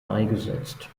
beigesetzt